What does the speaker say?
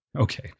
okay